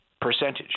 percentage